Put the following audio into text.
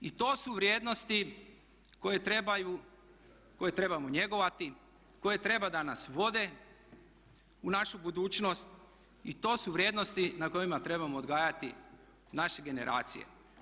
I to su vrijednosti koje trebamo njegovati, koje treba da nas vode u našu budućnost i to su vrijednosti na kojima trebamo odgajati naše generacije.